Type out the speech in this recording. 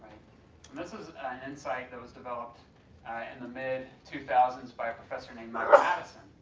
and this is an insight that was developed in the mid two thousand s by a professor named michael madison.